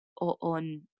on